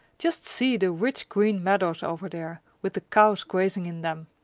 just see the rich green meadows over there, with the cows grazing in them!